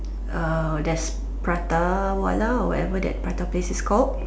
uh there's Prata-Wala or whatever that prata place is called